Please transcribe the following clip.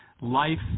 life